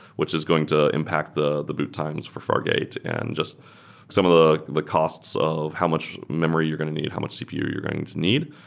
which is going to impact the the boot times for fargate and just some of the the costs of how much memory you're going to need and how much cpu you're going to need.